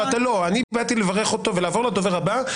ואני הערתי הערת ביניים.